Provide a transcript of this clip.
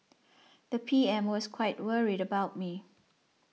the P M was quite worried about me